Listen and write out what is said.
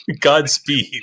Godspeed